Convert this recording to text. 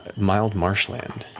mild marshland.